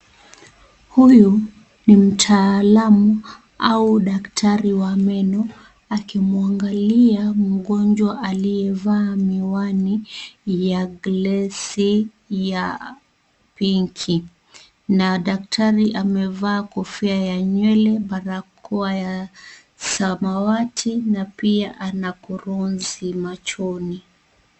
Huyu ni mtaalamu au daktari wa meno, akimwangalia mgonjwa aliyevaa miwani ya glasi ya pinki na daktari amevaa kofia ya nywele, barakoa ya samawati na pia ana kurunzi machoni.